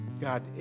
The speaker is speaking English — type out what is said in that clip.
God